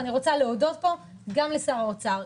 ואני רוצה להודות פה גם לשר האוצר,